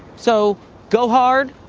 so go hard.